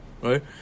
Right